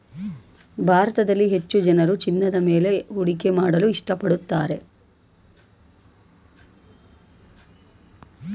ಭಾರತದಲ್ಲಿ ಹೆಚ್ಚು ಜನರು ಚಿನ್ನದ ಮೇಲೆ ಹೂಡಿಕೆ ಮಾಡಲು ಇಷ್ಟಪಡುತ್ತಾರೆ